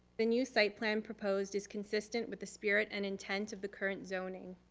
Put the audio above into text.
the new site plan proposed is consistent with the spirit and intent of the current zoning.